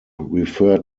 referred